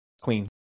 clean